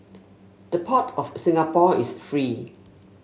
the port of Singapore is free